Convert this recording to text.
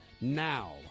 now